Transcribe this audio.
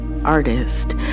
artist